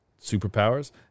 superpowers